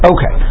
Okay